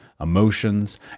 emotions